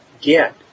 get